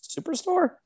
superstore